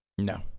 No